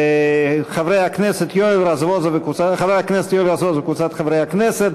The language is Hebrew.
של חבר הכנסת יואל רזבוזוב וקבוצת חברי הכנסת.